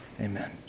Amen